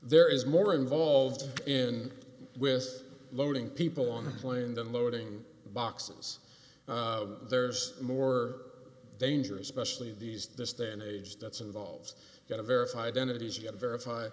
there is more involved in with loading people on the plane than loading boxes there's more danger especially these this day and age that's involved that a verified entities yet verify